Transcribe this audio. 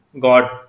God